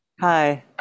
Hi